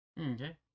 Okay